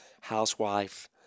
housewife